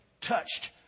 touched